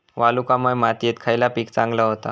वालुकामय मातयेत खयला पीक चांगला होता?